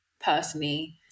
personally